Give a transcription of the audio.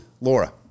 Laura